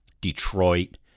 Detroit